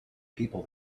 people